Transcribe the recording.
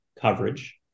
Coverage